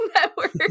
Network